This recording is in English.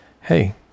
Hey